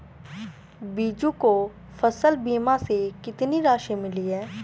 बीजू को फसल बीमा से कितनी राशि मिली है?